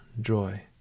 joy